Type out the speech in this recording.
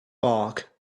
bark